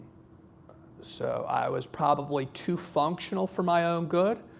so i was probably too functional for my own good.